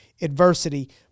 adversity